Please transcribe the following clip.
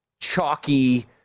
chalky